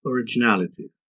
originality